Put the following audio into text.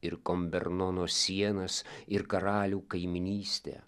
ir kombernono sienas ir karalių kaimynystę